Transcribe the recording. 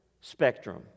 spectrum